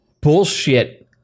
bullshit